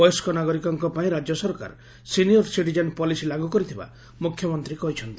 ବୟସ୍କ ନାଗରିକଙ୍କ ପାଇଁ ରାଜ୍ୟ ସରକାର ସିନିୟର୍ ସିଟିଜେନ୍ ପଲିସି ଲାଗୁ କରିଥିବା ମୁଖ୍ୟମନ୍ତୀ କହିଛନ୍ତି